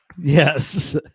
Yes